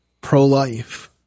pro-life